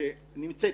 שנמצאת